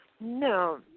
No